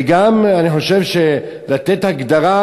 וגם אני חושב לתת הגדרה,